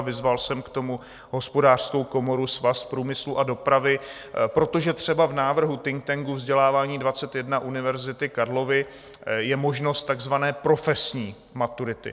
Vyzval jsem k tomu Hospodářskou komoru, Svaz průmyslu a dopravy, protože třeba v návrhu think tanku Vzdělávání 21 Univerzity Karlovy je možnost takzvané profesní maturity.